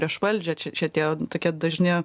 prieš valdžią čia čia tie tokie dažni